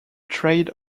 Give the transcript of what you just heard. trade